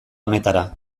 honetara